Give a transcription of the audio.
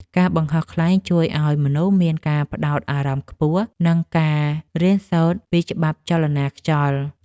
ការបង្ហោះខ្លែងជួយឱ្យមនុស្សមានការផ្ដោតអារម្មណ៍ខ្ពស់ និងការរៀនសូត្រពីច្បាប់ចលនាខ្យល់។